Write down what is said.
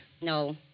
No